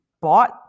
bought